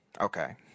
Okay